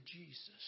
Jesus